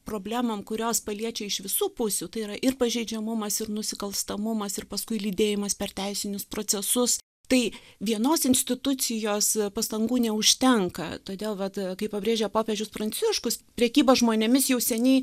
problemom kurios paliečia iš visų pusių tai yra ir pažeidžiamumas ir nusikalstamumas ir paskui lydėjimas per teisinius procesus tai vienos institucijos pastangų neužtenka todėl vat kaip pabrėžia popiežius pranciškus prekyba žmonėmis jau seniai